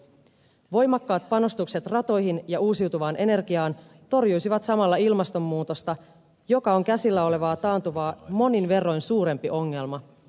voimakkaat panostukset ratoihin ja uusiutuvaan energiaan torjuisivat samalla ilmastonmuutosta joka on käsillä olevaa taantumaa monin verroin suurempi ongelma